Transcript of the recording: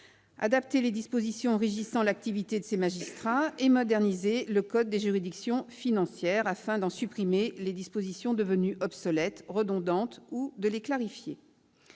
adapter les dispositions régissant l'activité de ces magistrats et moderniser le code des juridictions financières, « afin d'en supprimer les dispositions devenues obsolètes, redondantes ou de les clarifier